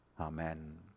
Amen